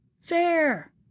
Fair